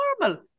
normal